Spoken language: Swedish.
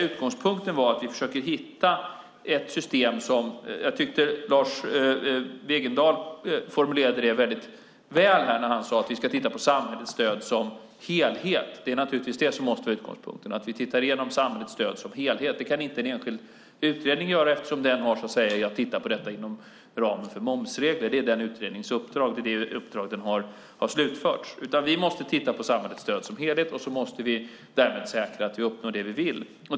Jag tycker att Lars Wegendal formulerade det väldigt väl när han sade att vi ska titta på samhällets stöd som helhet. Utgångspunkten måste naturligtvis vara att vi se över samhällets stöd som helhet. Det kan inte en enskild utredning göra eftersom den har att titta på detta inom ramen för momsregler. Det är utredningens uppdrag och det uppdrag som den har slutfört. Vi måste alltså titta på samhällets stöd som helhet och därmed säkra att vi uppnår det vi vill.